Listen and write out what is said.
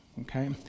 okay